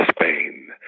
Spain